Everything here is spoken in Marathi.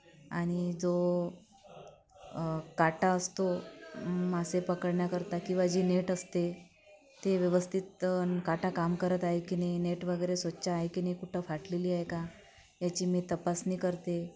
आणि जो काटा असतो मासे पकडण्याकरता किंवा जी नेट असते ते व्यवस्थित काटा काम करत आहे की नाही नेट वगैरे स्वच्छ आहे की नाही कुठे फाटलेली आहे का याची मी तपासणी करते